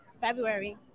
February